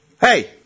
Hey